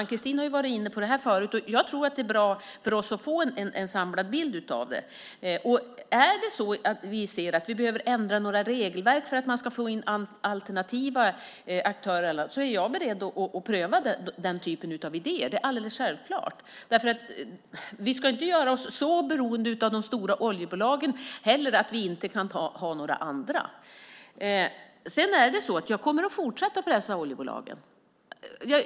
Ann-Kristine har ju varit inne på detta förut. Jag tror att det är bra att vi får en samlad bild. Om vi ser att vi behöver ändra några regelverk för att vi ska få in alternativa aktörer är jag beredd att pröva den typen av idéer. Det är självklart. Vi ska ju inte göra oss så beroende av de stora oljebolagen att vi inte kan ha några andra. Jag vill tala om att jag kommer att fortsätta att pressa oljebolagen.